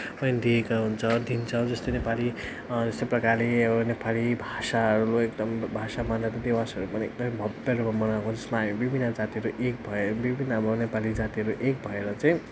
पनि दिएका हुन्छौँ दिन्छौँ जस्तो नेपाली जस्तो प्रकारले अब नेपाली भाषाहरू एकदम भाषा मान्यता दिवसहरू पनि एकदमै भव्य रूपमा मनाएको जसमा हामी विभिन्न जातिहरू एक भएर विभिन्न अब नेपाली जातिहरू एक भएर चाहिँ